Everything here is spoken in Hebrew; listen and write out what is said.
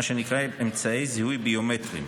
דבר שנקרא אמצעי זיהוי ביומטריים.